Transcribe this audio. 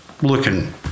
Looking